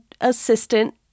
assistant